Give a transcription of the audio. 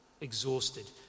Exhausted